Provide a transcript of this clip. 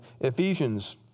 Ephesians